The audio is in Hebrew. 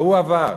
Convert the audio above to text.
והוא עבר.